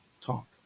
talk